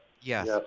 Yes